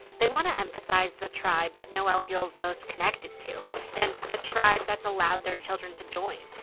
they want to emphasize the tribe that noelle feels most connected to and the tribe that's allowed their children to join